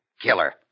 Killer